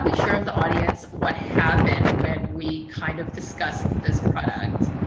we share with the audience what happened when we kind of discussed this and product.